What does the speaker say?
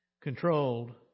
controlled